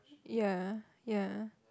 ya ya